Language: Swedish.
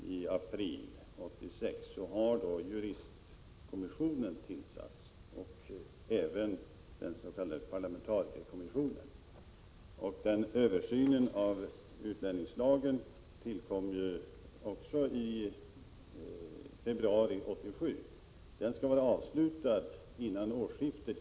Fru talman! Efter det omtalade seminariet, som hölls i april 1986, har juristkommissionen tillsatts och även den s.k. parlamentarikerkommissionen. En teknisk översyn av utlänningslagen tillkom ju också i februari 1987. Den skall vara avslutad före årsskiftet.